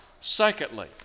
Secondly